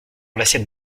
l’assiette